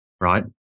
Right